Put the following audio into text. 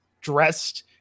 dressed